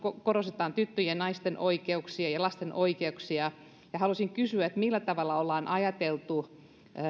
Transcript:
korostetaan tyttöjen ja naisten oikeuksia ja lasten oikeuksia haluaisin kysyä millä tavalla on ajateltu